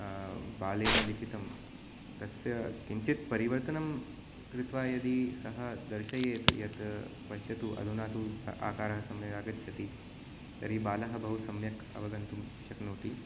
बालेन लिखितं तस्य किञ्चित् परिवर्तनं कृत्वा यदि सः दर्शयेत् यत् पश्यतु अधुना तु स आकारः सम्यक् आगच्छति तर्हि बालः बहु सम्यक् अवगन्तुं शक्नोति